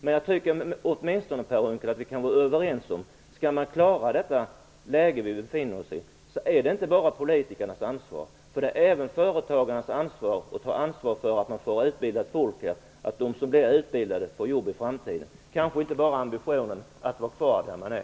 Men jag tycker att vi åtminstone kan vara överens om att det inte bara är politikernas ansvar att hantera det läge som vi befinner oss i. Det är även företagarnas ansvar att se till att de får utbildat folk och att de som blir utbildade får jobb i framtiden - kanske inte bara har ambitionen att stanna kvar där man är.